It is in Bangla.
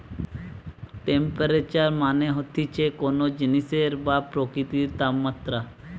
টেম্পেরেচার মানে হতিছে কোন জিনিসের বা প্রকৃতির তাপমাত্রা